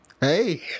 Hey